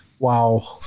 Wow